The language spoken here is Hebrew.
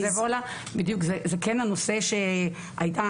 זה כן הנושא שהייתה,